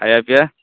ଖାଇବା ପିଇବା